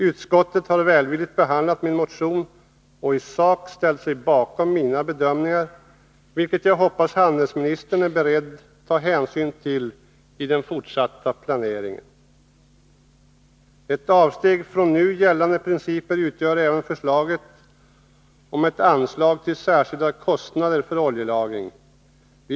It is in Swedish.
Utskottet har välvilligt behandlat min motion och i sak ställt sig bakom mina bedömningar, som jag hoppas att handelsministern är beredd att ta hänsyn till i den fortsatta planeringen. Ett avsteg från nu gällande principer utgör även förslaget om ett anslag Särskilda kostnader för oljelagring.